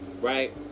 right